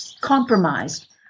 compromised